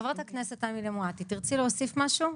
חברת הכנסת אמילי מואטי תרצי להוסיף משהו?